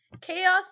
Chaos